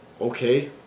Okay